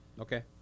Okay